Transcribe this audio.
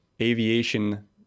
aviation